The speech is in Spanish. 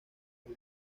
del